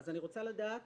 אני רוצה לדעת